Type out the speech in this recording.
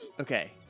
Okay